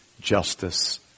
justice